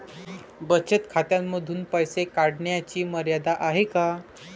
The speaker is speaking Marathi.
बचत खात्यांमधून पैसे काढण्याची मर्यादा आहे का?